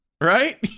right